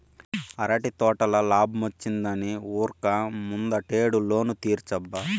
అరటి తోటల లాబ్మొచ్చిందని ఉరక్క ముందటేడు లోను తీర్సబ్బా